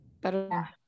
better